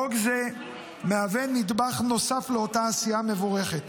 חוק זה מהווה נדבך נוסף באותה עשייה מבורכת.